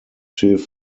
depot